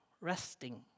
Resting